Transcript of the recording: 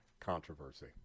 controversy